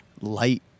light